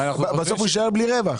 בסוף הוא יישאר בלי רווח.